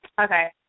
Okay